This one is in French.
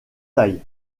taille